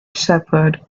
shepherd